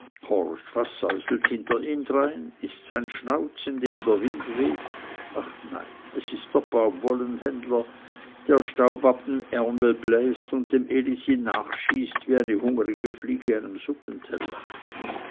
hinter ihm drein ists ein schnauz in dem der wind weht ach nein es ist der baumwollenhändler der staub ab dem ermel bläst und dem elisi nachschießt wie eine hungrige fliege einem